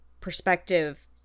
perspective